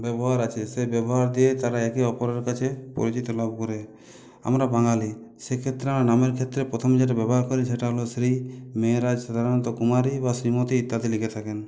ব্যবহার আছে সে ব্যবহার দিয়ে তারা একে অপরের কাছে পরিচিত লাভ করে আমরা বাঙালি সেক্ষেত্রে আমরা নামের ক্ষেত্রে প্রথমে যেটা ব্যবহার করি সেটা হল শ্রী মেয়েরা সাধারণত কুমারী বা শ্রীমতী ইত্যাদি লিখে থাকেন